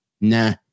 nah